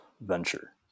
venture